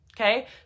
Okay